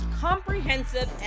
comprehensive